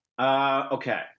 Okay